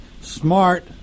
smart